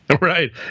Right